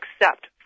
accept